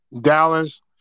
Dallas